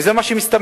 זה מה שמסתמן.